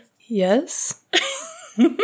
Yes